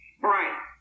right